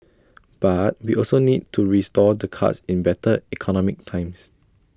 but we also need to restore the cuts in better economic times